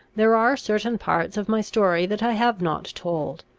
there are certain parts of my story that i have not told.